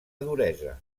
duresa